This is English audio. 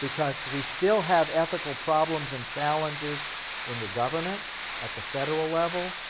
because we still have ethical problems and challenges in the government at the federal level,